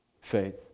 faith